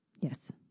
Yes